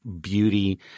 beauty